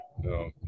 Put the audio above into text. No